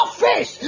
fish